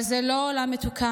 אבל זה לא עולם מתוקן.